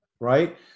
right